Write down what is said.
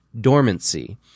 dormancy